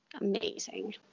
Amazing